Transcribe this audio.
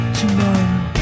tomorrow